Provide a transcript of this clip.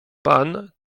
pan